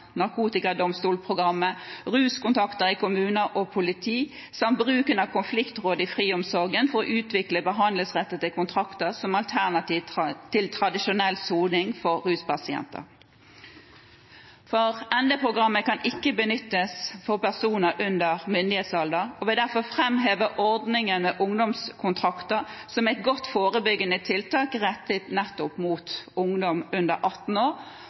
ruskontakter i kommuner og i politi samt bruken av konfliktråd i friomsorgen for å utvikle behandlingsrettede kontrakter som alternativ til tradisjonell soning for ruspasienter. ND-programmet kan ikke benyttes for personer under myndighetsalder. Jeg vil derfor framheve ordningen med ungdomskontrakter, som er et godt, forebyggende tiltak rettet nettopp mot ungdom under 18 år,